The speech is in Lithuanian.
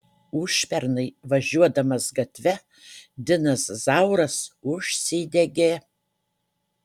užpernai važiuodamas gatve dinas zauras užsidegė